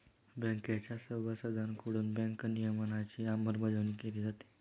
बँकेच्या सभासदांकडून बँक नियमनाची अंमलबजावणी केली जाते